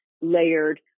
layered